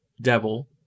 devil